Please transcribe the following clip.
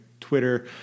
Twitter